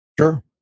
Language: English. Sure